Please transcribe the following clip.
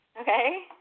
Okay